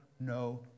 no